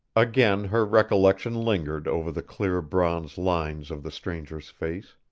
again her recollection lingered over the clear bronze lines of the stranger's face.